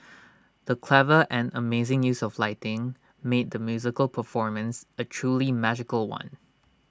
the clever and amazing use of lighting made the musical performance A truly magical one